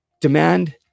Demand